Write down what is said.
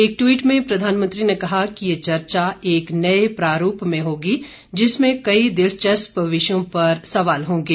एक ट्वीट में प्रधानमंत्री ने कहा कि यह चर्चा एक नए प्रारूप में होगी जिसमें कई दिलचस्प विषयों पर सवाल होंगे